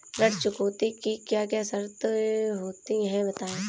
ऋण चुकौती की क्या क्या शर्तें होती हैं बताएँ?